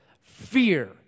Fear